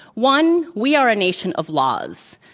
one, we are a nation of laws.